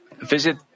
visit